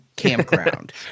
Campground